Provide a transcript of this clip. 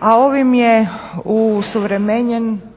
a on je osuvremenjen